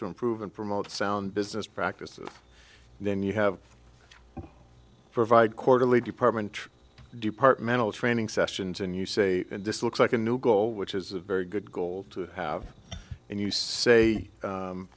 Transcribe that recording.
to improve and promote sound business practices and then you have provide quarterly department departmental training sessions and you say this looks like a new goal which is a very good goal to have and you say